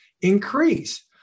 increase